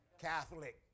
Catholic